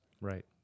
Right